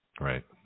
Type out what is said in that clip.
Right